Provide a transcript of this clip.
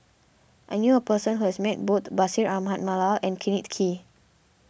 I knew a person who has met both Bashir Ahmad Mallal and Kenneth Kee